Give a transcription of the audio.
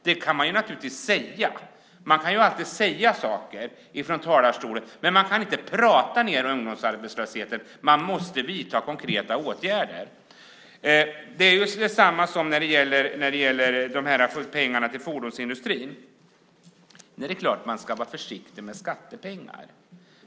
Man kan naturligtvis alltid säga saker från talarstolen, men man kan inte från talarstolen prata ned arbetslösheten. Man måste vidta konkreta åtgärder. Detsamma gäller pengarna till fordonsindustrin. Det är klart att man ska vara försiktig med skattepengar.